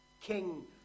King